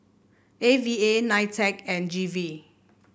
A V A Nitec and G V